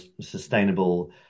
sustainable